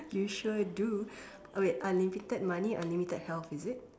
you sure do uh wait unlimited money unlimited health is it